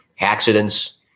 accidents